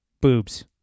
boobs